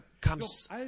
comes